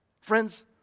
Friends